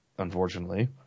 Unfortunately